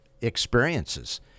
experiences